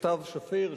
סתיו שפיר,